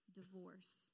divorce